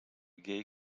gay